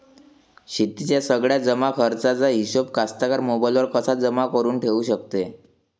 शेतीच्या सगळ्या जमाखर्चाचा हिशोब कास्तकार मोबाईलवर कसा जमा करुन ठेऊ शकते?